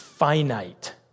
finite